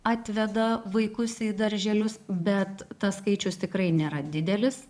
atveda vaikus į darželius bet tas skaičius tikrai nėra didelis